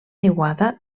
niuada